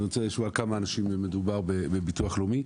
אני רוצה לשמוע על כמה אנשים מדובר בביטוח לאומי.